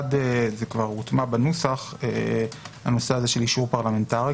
אחד, כבר הוטמע בנוסח הנושא של אישור פרלמנטרי.